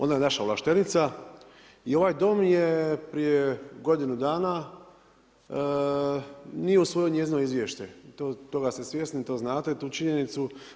Ona je naša ovlaštenica i ovaj dom je prije godinu dana nije usvojio njezino izvješće i toga ste svjesni, to znate tu činjenicu.